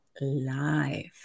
live